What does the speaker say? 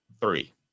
three